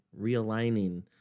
realigning